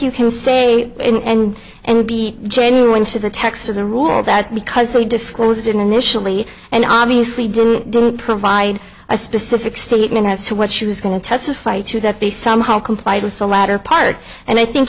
you can say and and be genuine to the text of the rule that because they disclosed initially and obviously didn't do provide a specific statement as to what she was going to testify to that they somehow complied with the latter part and i think